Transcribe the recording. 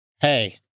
hey